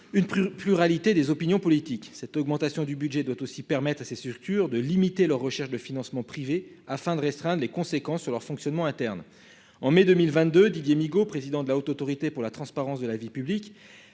aux fondations politiques. Cette augmentation du budget doit aussi permettre à ces structures de limiter leur recherche de financements privés afin de restreindre les conséquences sur leur fonctionnement interne. En mai 2022, Didier Migaud, président de la Haute Autorité pour la transparence de la vie publique,